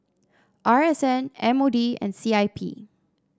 R S N M O D and C I P